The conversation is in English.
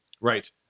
right